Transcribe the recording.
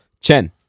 Chen